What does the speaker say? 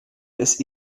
des